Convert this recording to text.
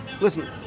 listen